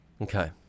Okay